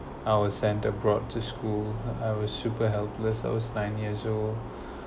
I was sent abroad to school I was super helpless I was nine years old